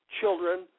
children